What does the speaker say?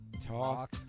Talk